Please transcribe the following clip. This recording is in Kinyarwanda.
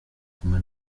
kumwe